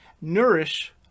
Nourish